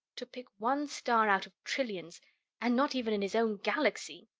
to pick one star out of trillions and not even in his own galaxy?